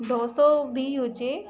ढोसो बि हुजे